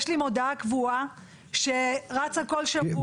יש לי מודעה קבועה שרצה כל שבוע.